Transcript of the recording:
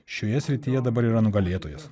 šioje srityje dabar yra nugalėtojas